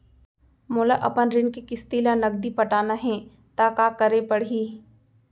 मोला अपन ऋण के किसती ला नगदी पटाना हे ता का करे पड़ही?